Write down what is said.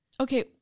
Okay